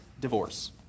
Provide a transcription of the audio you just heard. divorce